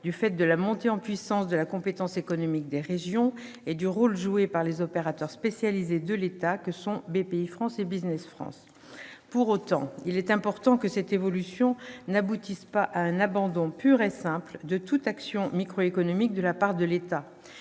du fait de la montée en puissance de la compétence économique des régions et du rôle joué par les opérateurs spécialisés de l'État, Bpifrance et Business France. Toutefois, il importe que cette évolution n'aboutisse pas à l'abandon pur et simple par l'État de toute action micro-économique. Il faut au